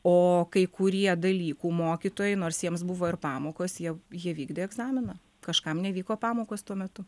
o kai kurie dalykų mokytojai nors jiems buvo ir pamokos jie jie vykdė egzaminą kažkam nevyko pamokos tuo metu